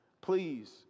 please